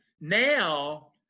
Now